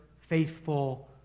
faithful